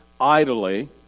idly